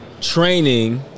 training